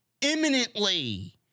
imminently